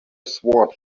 swore